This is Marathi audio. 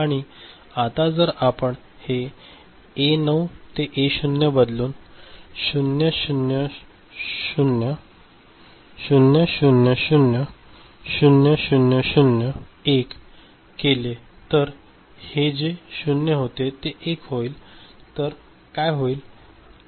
आणि आता जर आपण हे ए 9 ए 0 बदलून 000000 000 1 केले तर हे जे 0 होते 1 होईल तर काय होईल